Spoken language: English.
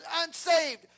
unsaved